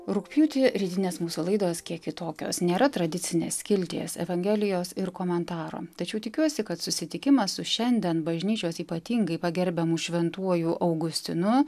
rugpjūtį rytinės mūsų laidos kiek kitokios nėra tradicinės skilties evangelijos ir komentaro tačiau tikiuosi kad susitikimas su šiandien bažnyčios ypatingai pagerbiamu šventuoju augustinu